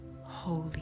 holy